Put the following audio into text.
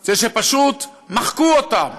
זה שפשוט מחקו אותם